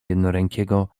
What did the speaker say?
jednorękiego